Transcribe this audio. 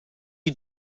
you